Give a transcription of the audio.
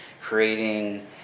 creating